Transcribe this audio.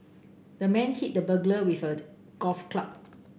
the man hit the burglar with a golf club